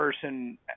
Person